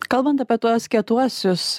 kalbant apie tuos kietuosius